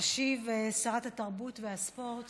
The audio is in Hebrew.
תשיב שרת התרבות והספורט